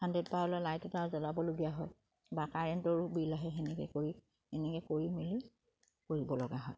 hundred পাৱাৰৰ light এটা জ্বলাবলগীয়া হয় বা কাৰেণ্টৰো বিল আহে সেনেকে কৰি মেলি কৰিব লগা হয়